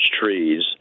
trees